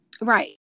Right